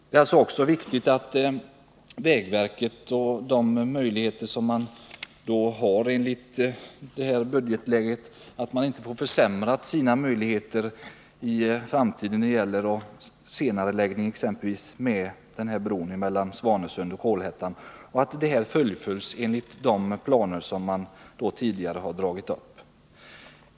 Det är också viktigt att vägverket inte i det rådande budgetläget får sina möjligheter för framtiden försämrade, exempelvis genom att byggandet av bron mellan Svanesund och Kolhättan senareläggs och inte fullföljs enligt de planer som man tidigare har dragit upp.